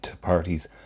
parties